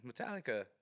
Metallica